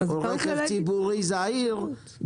רכב ציבורי זעיר,